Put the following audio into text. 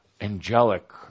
angelic